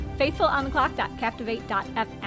Faithfulontheclock.captivate.fm